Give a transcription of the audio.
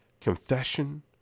Confession